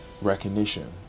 recognition